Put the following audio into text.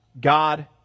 God